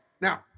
Now